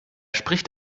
spricht